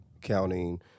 counting